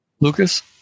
Lucas